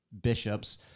bishops